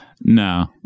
No